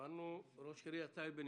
ראש עיריית טייבה,